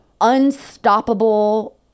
unstoppable